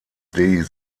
die